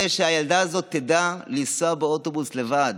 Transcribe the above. שהילדה הזאת תדע לנסוע באוטובוס לבד.